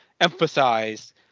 emphasize